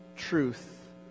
truth